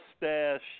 mustache